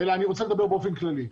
אני רוצה לדבר באופן כללי.